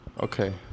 Okay